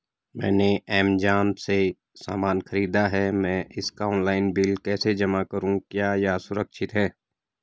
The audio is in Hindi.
मैंने ऐमज़ान से सामान खरीदा है मैं इसका ऑनलाइन बिल कैसे जमा करूँ क्या यह सुरक्षित है?